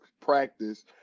practice